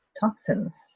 toxins